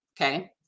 Okay